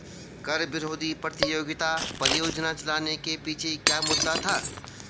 कर विरोधी प्रतियोगिता परियोजना चलाने के पीछे क्या मुद्दा था?